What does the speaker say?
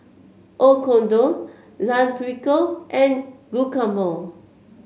Oyakodon Lime Pickle and Guacamole